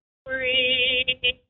free